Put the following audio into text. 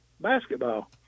basketball